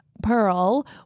pearl